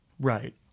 Right